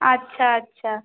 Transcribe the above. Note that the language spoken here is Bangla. আচ্ছা আচ্ছা